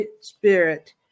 spirit